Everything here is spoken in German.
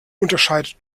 unterscheidet